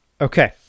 Okay